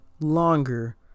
longer